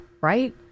Right